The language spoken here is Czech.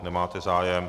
Nemáte zájem.